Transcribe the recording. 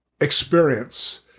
experience